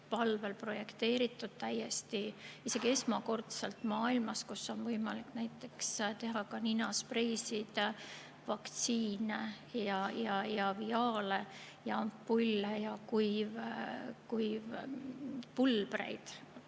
palvel projekteeritud, isegi esmakordselt maailmas, kus on võimalik näiteks [toota] ninaspreisid, vaktsiine, viaale, ampulle ja kuivpulbreid